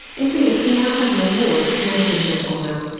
indeed he now has an award named in his honour.